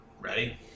Ready